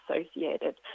associated